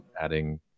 adding